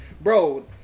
bro